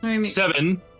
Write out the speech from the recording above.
seven